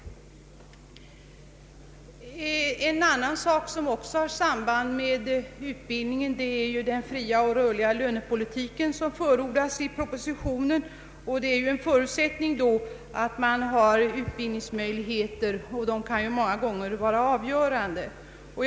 En annan sak som också har samband med utbildningen är den fria och rörliga lönepolitik som förordas i propositionen. En förutsättning är då att det finns vidareutbildningsmöjligheter, vilka många gånger kan ha avgörande betydelse.